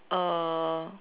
uh